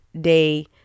day